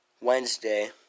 Wednesday